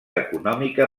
econòmica